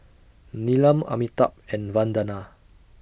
Neelam Amitabh and Vandana